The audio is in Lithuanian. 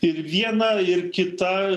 ir viena ir kita